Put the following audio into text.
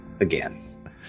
again